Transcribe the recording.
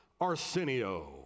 Arsenio